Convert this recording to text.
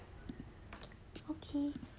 okay